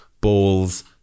balls